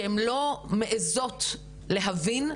שהן לא מעזות להבין,